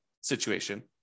situation